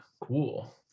cool